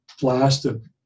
blasted